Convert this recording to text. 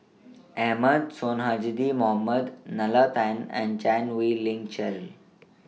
Ahmad Sonhadji Mohamad Nalla Tan and Chan Wei Ling Cheryl